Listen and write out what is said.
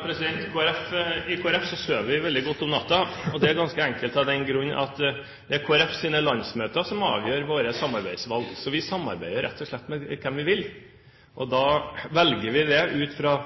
Kristelig Folkeparti sover vi veldig godt om natten, og det er ganske enkelt av den grunn at det er Kristelig Folkepartis landsmøter som avgjør våre samarbeidsvalg. Så vi samarbeider rett og slett med hvem vi vil, og da velger vi det ut fra